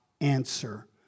answer